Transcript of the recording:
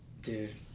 Dude